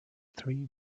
three